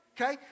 Okay